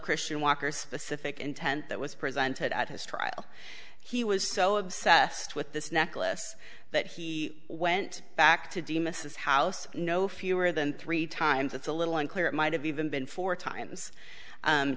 christian walker's specific intent that was presented at his trial he was so obsessed with this necklace that he went back to demas house no fewer than three times it's a little unclear it might have even been four times